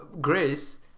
Grace